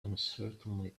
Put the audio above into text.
uncertainly